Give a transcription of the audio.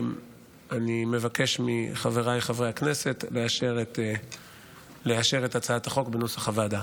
אני מבקש מחבריי חברי הכנסת לאשר את הצעת החוק בנוסח הוועדה.